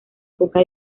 poca